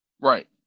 Right